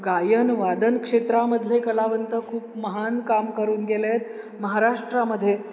गायन वादन क्षेत्रामधले कलावंत खूप महान काम करून गेले आहेत महाराष्ट्रामध्ये